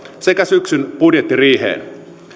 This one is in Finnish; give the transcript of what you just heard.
sekä syksyn budjettiriiheen